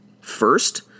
First